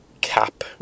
cap